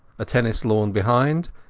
a tennis lawn behind,